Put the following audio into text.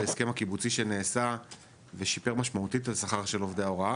בהסכם הקיבוצי שנעשה ושיפר משמעותית את השכר של עובדי ההוראה,